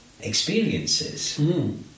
experiences